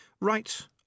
Right